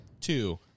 Two